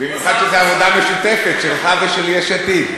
במיוחד שזו עבודה משותפת שלך ושל יש עתיד.